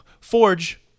Forge